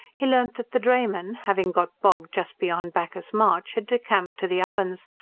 he learnt that the drayman, having got bogged just beyond bacchus's marsh, had decamped to the ovens,